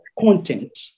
content